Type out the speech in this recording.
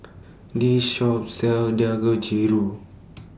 This Shop sells Dangojiru